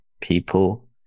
people